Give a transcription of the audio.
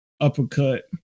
uppercut